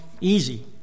easy